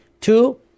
Two